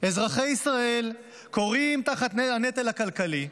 אזרחי ישראל כורעים תחת הנטל הכלכלי,